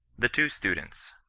the two students.